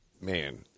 Man